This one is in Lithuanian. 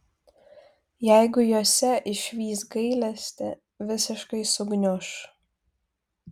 jeigu jose išvys gailestį visiškai sugniuš